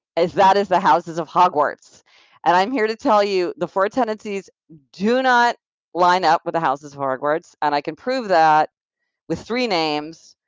that is the houses of hogwarts and i'm here to tell you the four tendencies do not line up with the houses of hogwarts, and i can prove that with three names,